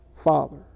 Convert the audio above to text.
father